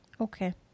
Okay